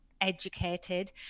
educated